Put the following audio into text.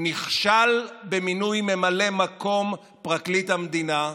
הוא נכשל במינוי ממלא מקום פרקליט המדינה.